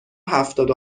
هفتاد